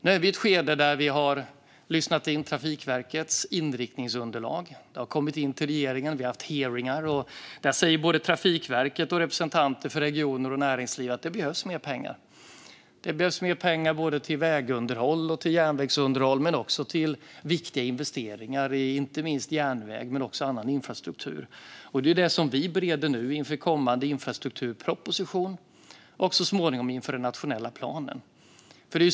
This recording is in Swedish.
Nu är vi ett skede där vi har lyssnat in Trafikverkets inriktningsunderlag som har kommit in till regeringen. Vi har haft hearingar, och där säger både Trafikverket och representanter för regioner och näringsliv att det behövs mer pengar till vägunderhåll och järnvägsunderhåll liksom till viktiga investeringar i inte minst järnväg men också annan infrastruktur. Detta bereder vi nu inför kommande infrastrukturproposition och så småningom inför den nationella planen.